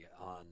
on